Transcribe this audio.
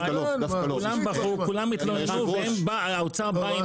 כולם בכו, כולם התלוננו והאוצר בא,